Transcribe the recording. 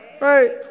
right